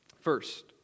First